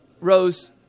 Rose